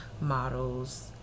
models